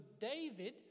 David